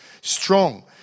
strong